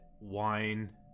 wine